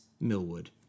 Millwood